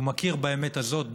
והוא מכיר באמת הזאת,